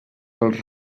pels